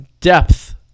depth